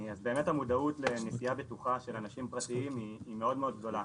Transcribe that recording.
אז באמת המודעות לנסיעה בטוחה של אנשים פרטיים היא מאוד מאוד גדולה,